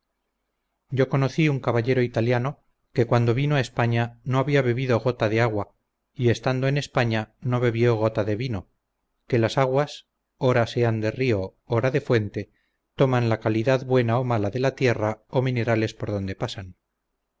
yo conocí un caballero italiano que cuando vino a españa no había bebido gota de agua y estando en españa no bebió gota de vino que las aguas ora sean de río ora de fuente toman la calidad buena o mala de la tierra o minerales por donde pasan